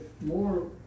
more